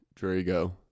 Drago